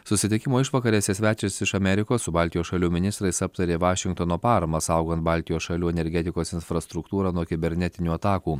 susitikimo išvakarėse svečias iš amerikos su baltijos šalių ministrais aptarė vašingtono paramą saugant baltijos šalių energetikos infrastruktūrą nuo kibernetinių atakų